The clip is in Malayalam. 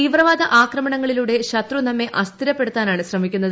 തീവ്രവാദ ആക്രമണങ്ങളിലൂടെ ശത്രു നമ്മെ അസ്ഥിരപ്പെടുത്താനാണ് ശ്രമിക്കുന്നത്